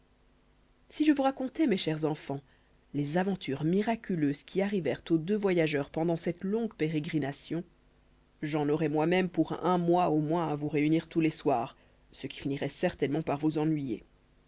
si je vous racontais mes chers enfants les aventures miraculeuses qui arrivèrent aux deux voyageurs pendant cette longue pérégrination j'en aurais moi-même pour un mois au moins à vous réunir tous les soirs ce qui finirait certainement par vous ennuyer